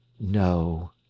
No